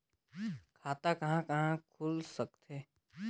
खाता कहा कहा खुल सकथे?